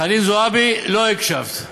חנין זועבי, לא הקשבת.